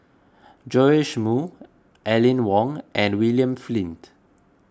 Joash Moo Aline Wong and William Flint